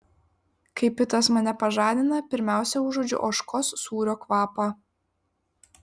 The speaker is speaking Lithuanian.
kai pitas mane pažadina pirmiausia užuodžiu ožkos sūrio kvapą